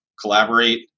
collaborate